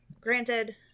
Granted